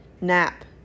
nap